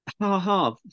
ha-ha